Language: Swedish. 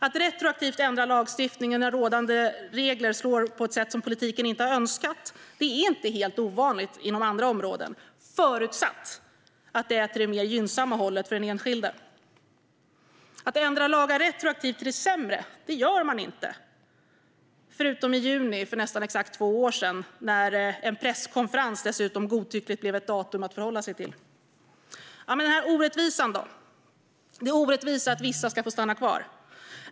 Att retroaktivt ändra lagstiftning när rådande regler slår på ett sätt som politikerna inte har önskat är inte helt ovanligt inom andra områden, förutsatt att det är till det mer gynnsamma hållet för den enskilde. Att ändra lagar retroaktivt till det sämre gör man inte, förutom i juni för nästan exakt två år sedan när en presskonferens dessutom godtyckligt blev ett datum att förhålla sig till. Sedan gäller det orättvisan att vissa ska få stanna kvar.